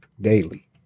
daily